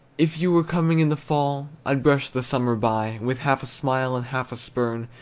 if you were coming in the fall, i'd brush the summer by with half a smile and half a spurn,